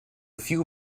few